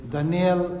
Daniel